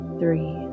three